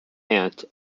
aunt